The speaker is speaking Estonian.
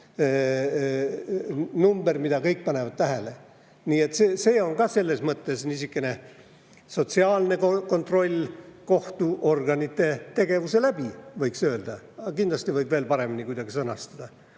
number, mida kõik panevad tähele. Nii et see on selles mõttes niisugune sotsiaalne kontroll kohtuorganite tegevuse kaudu, võiks öelda, aga kindlasti võib seda kuidagi veel paremini sõnastada.